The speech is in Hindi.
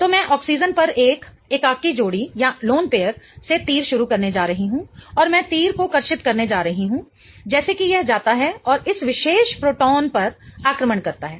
तो मैं ऑक्सीजन पर एक एकाकी जोड़े से तीर शुरू करने जा रही हूं और मैं तीर को कर्षित करने जा रही हूं जैसे कि यह जाता है और इस विशेष प्रोटॉन पर आक्रमण करता है